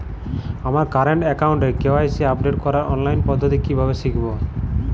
আমার কারেন্ট অ্যাকাউন্টের KYC update করার অনলাইন পদ্ধতি কীভাবে শিখব?